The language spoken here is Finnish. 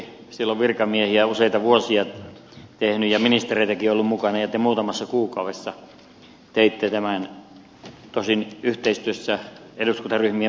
siellä ovat virkamiehet useita vuosia tätä tehneet ja ministereitäkin on ollut mukana ja te muutamassa kuukaudessa teitte tämän tosin yhteistyössä eduskuntaryhmien puheenjohtajien kanssa